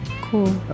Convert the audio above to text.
Cool